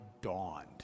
dawned